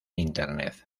internet